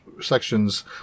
sections